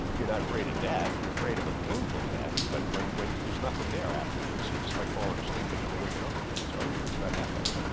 you're not afraid of death you're afraid of a painful death but when when there's nothing there afterwards so you just like falling asleep and never waking up again. so it's it's not that bad.